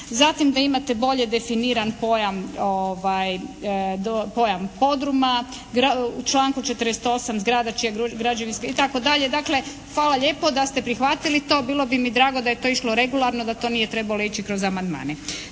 Zatim da imate bolje definiran pojam podruma. U članku 48. zgrada će, građevinska, itd. Dakle, hvala lijepo da ste prihvatili to. Bilo bi mi drago da je to išlo regularno, da to nije trebalo ići kroz amandmane.